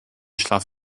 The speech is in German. schlaf